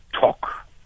talk